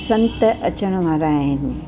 संत अचण वारा आहिनि